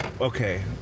okay